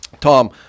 Tom